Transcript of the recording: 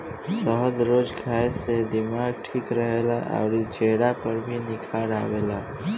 शहद रोज खाए से दिमाग ठीक रहेला अउरी चेहरा पर भी निखार आवेला